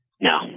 No